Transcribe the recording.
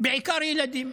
בעיקר ילדים.